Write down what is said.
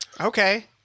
Okay